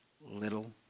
little